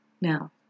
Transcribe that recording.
Now